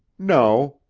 no,